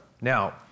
Now